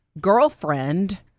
girlfriend